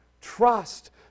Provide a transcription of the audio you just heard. Trust